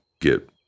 get